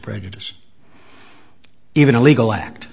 prejudice even illegal act